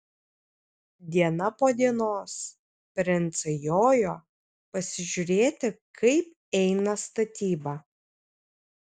diena po dienos princai jojo pasižiūrėti kaip eina statyba